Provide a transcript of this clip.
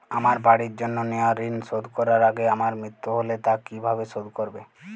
আমার বাড়ির জন্য নেওয়া ঋণ শোধ করার আগে আমার মৃত্যু হলে তা কে কিভাবে শোধ করবে?